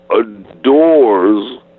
adores